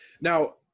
now